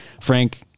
Frank